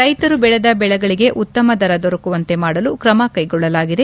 ರೈತರು ಬೆಳೆದ ಬೆಳೆಗಳಿಗೆ ಉತ್ತಮ ದರ ದೊರೆಕುವಂತೆ ಮಾಡಲು ಕ್ರಮಕ್ಕೆಗೊಳ್ಳಲಾಗಿದೆ